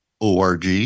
Org